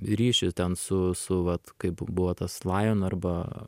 ryšį ten su su vat kaip buvo tas lion arba